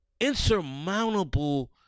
insurmountable